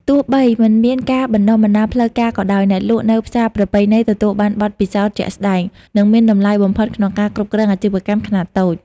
ទោះបីមិនមានការបណ្តុះបណ្តាលផ្លូវការក៏ដោយ អ្នកលក់នៅផ្សារប្រពៃណីទទួលបានបទពិសោធន៍ជាក់ស្តែង និងមានតម្លៃបំផុតក្នុងការគ្រប់គ្រងអាជីវកម្មខ្នាតតូច។